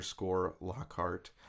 Lockhart